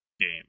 game